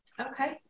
Okay